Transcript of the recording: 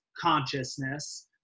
consciousness